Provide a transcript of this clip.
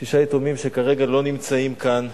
שישה יתומים, שכרגע לא נמצאים כאן,